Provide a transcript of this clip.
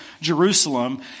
Jerusalem